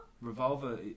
revolver